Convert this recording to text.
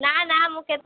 ନା ନା ମୁଁ